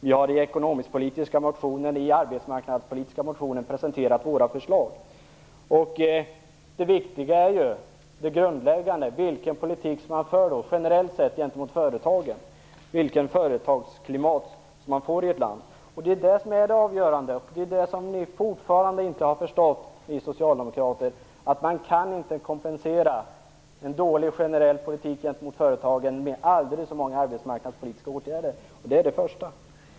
Vi har i den arbetsmarknadspolitiska motionen presenterat våra förslag. Det grundläggande är vilken politik man generellt sett för gentemot företagen, vilket företagsklimat som man får i ett land. Det är det avgörande. Det är det som ni socialdemokrater fortfarande inte har förstått. Man kan inte kompensera en dålig generell politik gentemot företagen med aldrig så många arbetsmarknadspolitiska åtgärder. Det är viktigt.